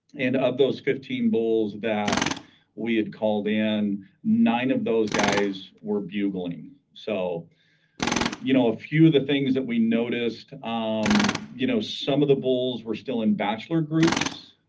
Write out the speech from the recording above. and of those fifteen bulls that we had called in nine of those guys were bugling so you know a few of the things that we noticed um you know some of the bulls were still in bachelor groups